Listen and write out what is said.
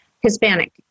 Hispanic